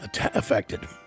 affected